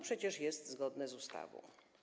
Przecież jest to zgodne z ustawą.